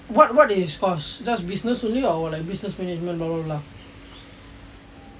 what what is his course business only or like business management blah blah blah